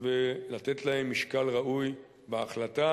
ולתת להם משקל ראוי בהחלטה,